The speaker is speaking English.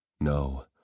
No